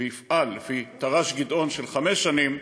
ויפעל לפי תר"ש "גדעון" של חמש שנים,